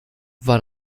war